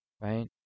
right